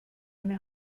eine